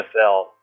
NFL